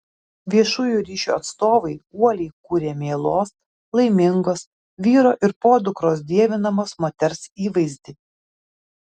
viešųjų ryšių atstovai uoliai kūrė mielos laimingos vyro ir podukros dievinamos moters įvaizdį